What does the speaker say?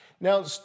Now